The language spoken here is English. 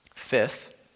fifth